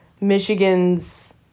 Michigan's